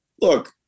Look